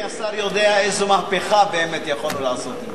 אדוני השר יודע איזו מהפכה באמת יכולנו לעשות.